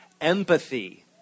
Empathy